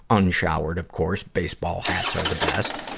unshowered of course. baseball hats are the best.